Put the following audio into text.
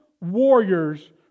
warriors